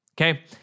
okay